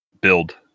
build